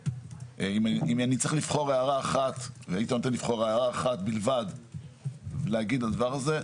אם הייתי צריך לבחור הערה אחת בלבד להגיד על הדבר הזה,